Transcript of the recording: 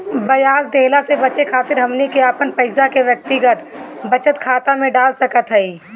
ब्याज देहला से बचे खातिर हमनी के अपन पईसा के व्यक्तिगत बचत खाता में डाल सकत हई